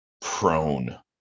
prone